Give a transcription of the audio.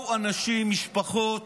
באו אנשים, משפחות,